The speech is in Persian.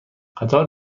قطار